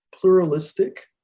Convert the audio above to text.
pluralistic